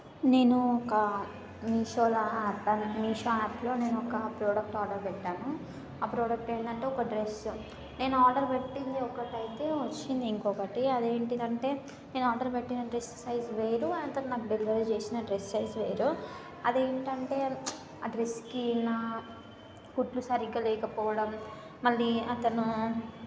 నేను ఒక మీషోలో యాప్ మీషో యాప్లో నేను ఒక ప్రోడక్ట్ ఆర్డర్ పెట్టాను ఆ ప్రోడక్ట్ ఏంటంటే ఒక డ్రెస్ నేను ఆర్డర్ పెట్టింది ఒకటైతే వచ్చింది ఇంకొకటి అది ఏంటిదంటే నేను ఆర్డర్ పెట్టిన డ్రెస్ సైజు వేరు అతను నాకు డెలివరీ చేసిన డ్రెస్ సైజు వేరు అదేంటంటే ఆ డ్రెస్సుకున్న కుట్లు సరిగ్గా లేకపోవడం మళ్ళీ అతను